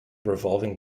revolving